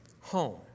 home